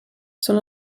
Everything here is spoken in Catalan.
són